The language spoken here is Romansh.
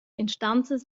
instanzas